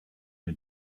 mir